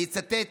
אני אצטט